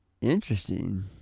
Interesting